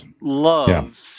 love